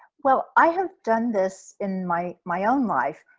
well, i have done this in my my own life,